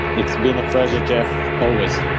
it's been a pleasure, jeff, always.